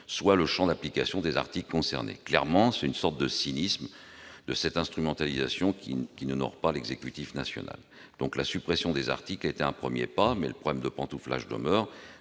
dans le champ d'application des articles concernés. Clairement, ce cynisme et cette instrumentalisation n'honorent pas le Gouvernement. La suppression des articles était un premier pas, mais le problème du pantouflage demeure.